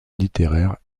littéraire